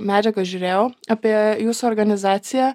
medžiagą žiūrėjau apie jūsų organizaciją